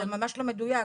זה ממש לא מדויק.